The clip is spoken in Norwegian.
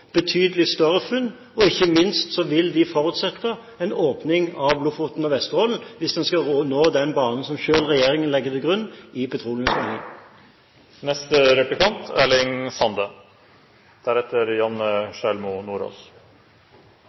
betydelig større funn, og ikke minst vil det forutsette en åpning av Lofoten og Vesterålen, hvis en skal nå den banen som regjeringen selv legger til grunn i